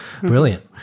brilliant